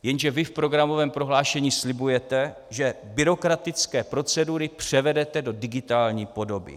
Jenže vy v programovém prohlášení slibujete, že byrokratické procedury převedete do digitální podoby.